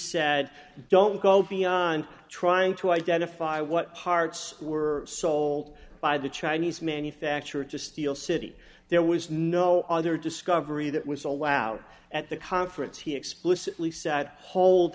said don't go beyond trying to identify what parts were sold by the chinese manufacturer to steel city there was no other discovery that was allowed at the conference he explicitly said hold